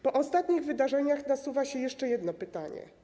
Po ostatnich wydarzeniach nasuwa się jeszcze jedno pytanie: